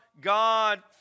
God